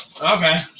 Okay